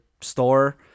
store